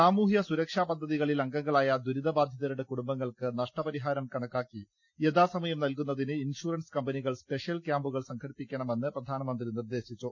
സാമൂഹ്യ സുര ക്ഷാപദ്ധതികളിൽ അംഗങ്ങളായ ദുരിതബാധിതരുടെ കുടുംബങ്ങൾക്ക് നഷ്ടപരിഹാരം കണക്കാക്കി യഥാസമയം നൽകുന്നതിന് ഇൻഷൂറൻസ് കമ്പനികൾ സ്പെഷ്യൽ ക്യാമ്പുകൾ സംഘടിപ്പിക്കണമെന്ന് പ്രധാനമന്ത്രി നിർദ്ദേശിച്ചു